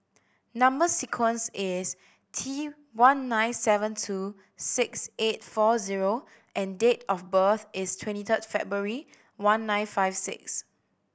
number sequence is T one nine seven two six eight four zero and date of birth is twenty third February one nine five six